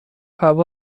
هوا